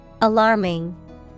Alarming